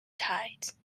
tides